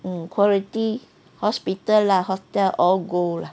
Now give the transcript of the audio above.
mm quarantine hospital lah hotel all go lah